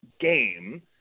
game